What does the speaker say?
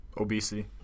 Obesity